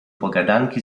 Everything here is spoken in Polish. pogadanki